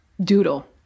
doodle